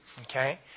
Okay